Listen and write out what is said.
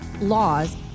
laws